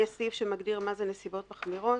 מגדיר מה זה נסיבות מחמירות.